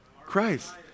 Christ